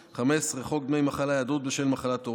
5. חוק ארגון הפיקוח